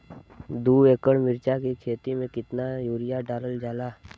दो एकड़ मिर्च की खेती में कितना यूरिया डालल जाला?